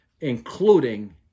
Including